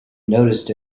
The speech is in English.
noticed